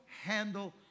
handle